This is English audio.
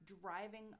driving